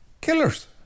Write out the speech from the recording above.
Killers